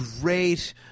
Great